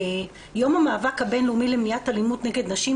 יום המאבק הבינלאומי למניעת אלימות נגד נשים,